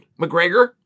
McGregor